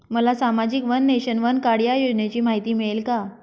मला सामाजिक one nation, one card या योजनेची माहिती मिळेल का?